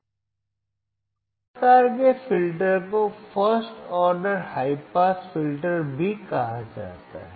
तो इस प्रकार के फिल्टर को first order high pass filter भी कहा जाता है